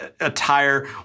attire